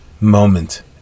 moment